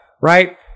right